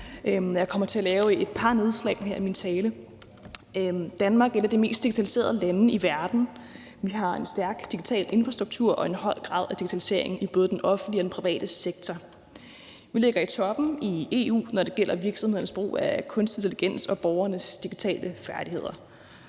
jeg kommer til at lave et par nedslag her i min tale. Danmark er et af de mest digitaliserede lande i verden, vi har en stærk digital infrastruktur og en høj grad af digitalisering i både den offentlige og den private sektor. Vi ligger i toppen i EU, når det gælder virksomhedernes brug af kunstig intelligens og borgernes digitale færdigheder,